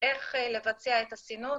-- -איך לבצע את הסינון,